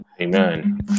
Amen